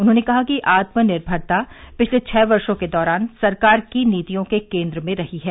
उन्होंने कहा कि आत्मनिर्भरता पिछले छह वर्षो के दौरान सरकार की नीतियों के केन्द्र में रही है